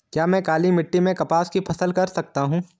क्या मैं काली मिट्टी में कपास की फसल कर सकता हूँ?